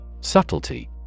Subtlety